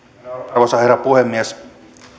arvoisa herra puhemies